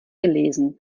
gelesen